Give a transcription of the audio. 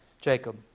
Jacob